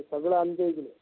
ते सगळं आमच्याइकडं